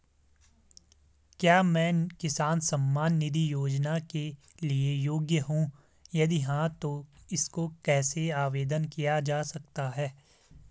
क्या मैं किसान सम्मान निधि योजना के लिए योग्य हूँ यदि हाँ तो इसको कैसे आवेदन किया जा सकता है?